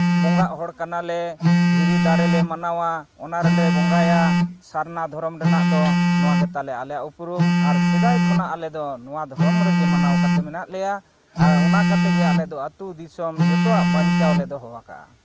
ᱵᱚᱸᱜᱟᱜ ᱦᱚᱲ ᱠᱟᱱᱟᱞᱮ ᱫᱷᱤᱨᱤ ᱫᱟᱨᱮ ᱞᱮ ᱢᱟᱱᱟᱣᱟ ᱚᱱᱟ ᱨᱮᱞᱮ ᱵᱚᱸᱜᱟᱭᱟ ᱥᱟᱨᱱᱟ ᱫᱷᱚᱨᱚᱢ ᱨᱮᱱᱟᱜ ᱫᱚ ᱱᱚᱣᱟ ᱜᱮ ᱛᱟᱞᱮ ᱟᱞᱮᱭᱟᱜ ᱩᱯᱨᱩᱢ ᱟᱨ ᱥᱮᱫᱟᱭ ᱠᱷᱚᱱᱟᱜ ᱟᱞᱮ ᱫᱚ ᱱᱚᱣᱟ ᱫᱷᱚᱨᱚᱢ ᱨᱮᱜᱮ ᱢᱟᱱᱟᱣ ᱠᱟᱛᱮᱫ ᱢᱮᱱᱟᱜ ᱞᱮᱭᱟ ᱟᱨ ᱚᱱᱟ ᱠᱟᱛᱮᱫ ᱜᱮ ᱟᱞᱮ ᱫᱚ ᱟᱹᱛᱩ ᱫᱤᱥᱚᱢ ᱡᱚᱛᱚᱣᱟᱜ ᱵᱟᱧᱪᱟᱣ ᱞᱮ ᱫᱚᱦᱚ ᱟᱠᱟᱫᱼᱟ